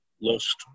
lost